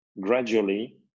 gradually